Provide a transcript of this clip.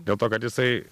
dėl to kad jisai